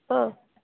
ହଁ